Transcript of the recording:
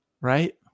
right